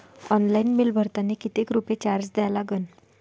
Online bill भरतानी कितीक रुपये चार्ज द्या लागन?